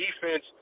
defense